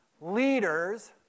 leaders